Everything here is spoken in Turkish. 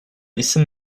isim